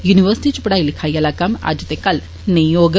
university च पढ़ाई लिखाई आला कम्म बी अज्ज ते कल नेई होग